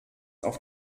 auf